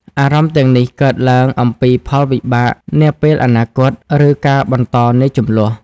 អារម្មណ៍ទាំងនេះកើតឡើងអំពីផលវិបាកនាពេលអនាគត ឬការបន្តនៃជម្លោះ។